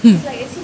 mm